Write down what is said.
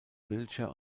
wiltshire